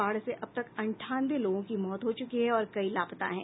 बाढ़ से अबतक अंठानवे लोगों की मौत हो चुकी है और कई लापता हैं